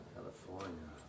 California